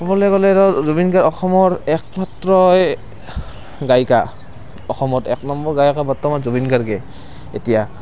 ক'বলৈ গ'লে জুবিন গাৰ্গ অসমৰ একমাত্ৰয়ে গায়িকা অসমত এক নম্বৰ গায়ক বৰ্তমান জুবিন গাৰ্গেই এতিয়া